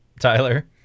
Tyler